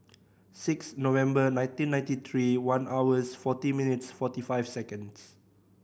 six November nineteen ninety three one hours forty minutes forty five seconds